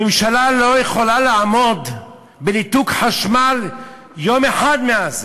הממשלה לא יכולה לעמוד בניתוק חשמל ליום אחד לעזה.